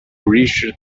reached